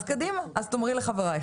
אז קדימה, אז תאמרי לחברייך.